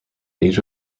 age